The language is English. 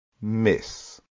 miss